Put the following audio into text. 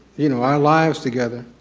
you know, our lives together.